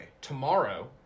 Tomorrow